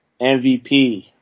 MVP